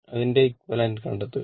അതിന്റെ എക്വിവാലെന്റ കണ്ടെത്തുക